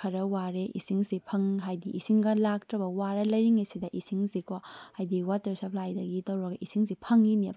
ꯈꯔ ꯋꯥꯔꯦ ꯏꯁꯤꯡꯁꯤ ꯍꯥꯏꯕꯗꯤ ꯏꯁꯤꯡꯒ ꯂꯥꯛꯇ꯭ꯔꯕ ꯋꯥꯔ ꯂꯩꯔꯤꯉꯩꯁꯤꯗ ꯏꯁꯤꯡꯁꯤꯀꯣ ꯍꯥꯏꯕꯗꯤ ꯋꯥꯇꯔ ꯁꯄ꯭ꯂꯥꯏꯗꯒꯤ ꯇꯧꯔꯒ ꯏꯁꯤꯡꯁꯤ ꯐꯪꯏꯅꯦꯕ